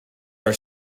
are